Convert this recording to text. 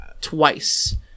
twice